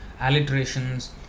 alliterations